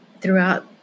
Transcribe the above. throughout